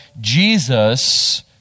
Jesus